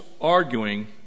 arguing